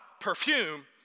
perfume